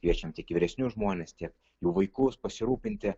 kviečiam tiek vyresnius žmones tiek jų vaikus pasirūpinti